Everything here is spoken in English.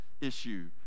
issue